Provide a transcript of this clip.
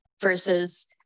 versus